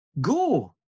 go